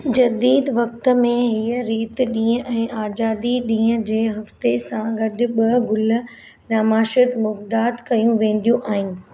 जदीद वक में हीअ रीत ॾींहं ऐं आज़ादी ॾींहं जे हफ़्ते सां गडु॒ ब॒ गुल नामाशीद मुग्दाद कयूं वेंदियूं आहिनि